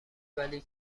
ولی